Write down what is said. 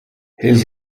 his